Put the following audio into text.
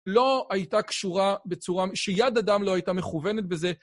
לא הייתה קשורה בצורה... שיד אדם לא הייתה מכוונת בזה.